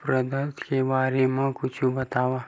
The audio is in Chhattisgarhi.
प्रदाता के बारे मा कुछु बतावव?